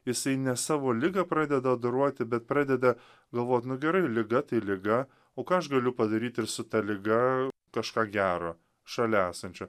jisai ne savo ligą pradeda doroti bet pradeda galvot nu gerai liga tai liga o ką aš galiu padaryti ir su ta liga kažką gero šalia esančio